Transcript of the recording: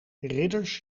ridders